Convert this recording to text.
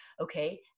okay